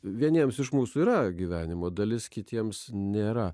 vieniems iš mūsų yra gyvenimo dalis kitiems nėra